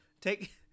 Take